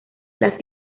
las